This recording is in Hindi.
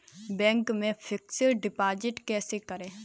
बैंक में फिक्स डिपाजिट कैसे करें?